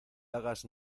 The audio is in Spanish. hagas